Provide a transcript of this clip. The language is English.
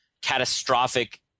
catastrophic